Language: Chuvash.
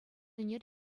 ӗнер